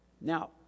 Now